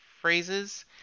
phrases